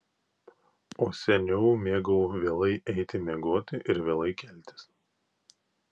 o seniau mėgau vėlai eiti miegoti ir vėlai keltis